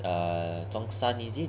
err 中三 is it